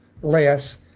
less